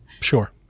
Sure